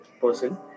person